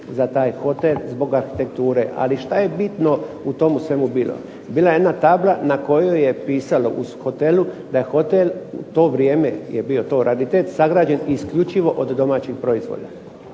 za taj hotel zbog arhitekture. Ali što je bitno u tomu svemu bilo? Bila je jedna tabla na kojoj je pisalo uz hotelu da je hotel, u to vrijeme je bio to raritet, sagrađen isključivo od domaćih proizvoda.